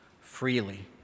freely